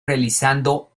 realizando